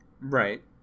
right